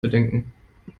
bedenken